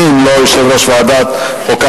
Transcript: מי אם לא יושב-ראש ועדת החוקה,